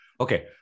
okay